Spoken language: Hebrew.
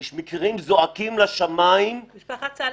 יש מקרים זועקים לשמיים -- משפחת סלומון.